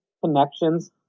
connections